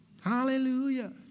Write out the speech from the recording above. Hallelujah